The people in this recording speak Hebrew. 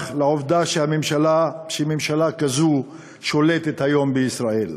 לעובדה שממשלה כזו שולטת כיום בישראל,